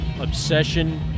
obsession